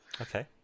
Okay